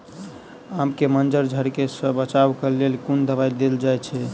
आम केँ मंजर झरके सऽ बचाब केँ लेल केँ कुन दवाई देल जाएँ छैय?